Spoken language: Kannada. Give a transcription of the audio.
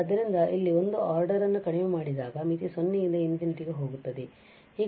ಆದ್ದರಿಂದ ಇಲ್ಲಿ ಒಂದು ಆರ್ಡರ್ ಅನ್ನು ಕಡಿಮೆ ಮಾಡಿದಾಗ ಮಿತಿ 0 ರಿಂದ ∞ ಆಗುತ್ತದೆ